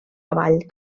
avall